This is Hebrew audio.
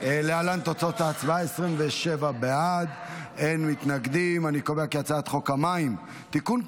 להעביר את הצעת חוק המים (תיקון,